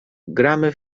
gramy